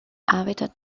habitat